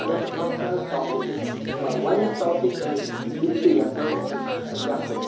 اگر بہٕ کَتھ کَرٕ ٹاپِکٕچ واریاہ ٹاپِک ٲسۍ یِم بہٕ یَژھان اوسُس لٮ۪کھُن